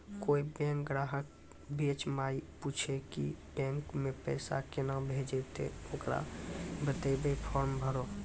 कोय बैंक ग्राहक बेंच माई पुछते की बैंक मे पेसा केना भेजेते ते ओकरा बताइबै फॉर्म भरो